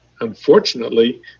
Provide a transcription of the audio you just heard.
unfortunately